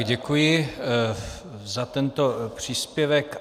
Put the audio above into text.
Děkuji za tento příspěvek.